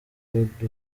coup